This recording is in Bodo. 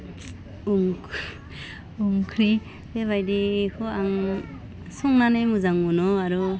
ओंख्रि बेबायदिखौ आं संनानै मोजां मोनो आरो